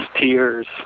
tears